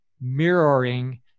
mirroring